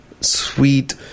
sweet